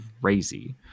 crazy